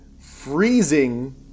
freezing